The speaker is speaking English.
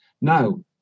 now